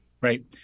Right